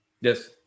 Yes